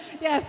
Yes